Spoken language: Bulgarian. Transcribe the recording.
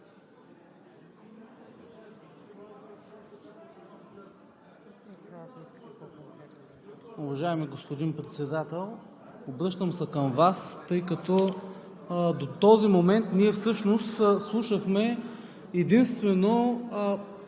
Уважаеми господин Председател, обръщам се към Вас, тъй като до този момент ние всъщност слушахме единствено